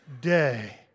day